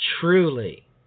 truly